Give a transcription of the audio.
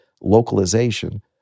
localization